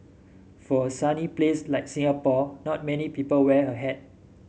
for a sunny place like Singapore not many people wear a hat